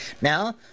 Now